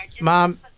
Mom